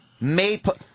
Maple